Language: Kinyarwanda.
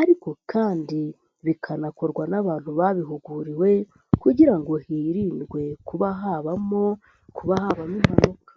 ariko kandi bikanakorwa n'abantu babihuguriwe kugira ngo hirindwe kuba habamo impanuka.